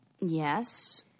Yes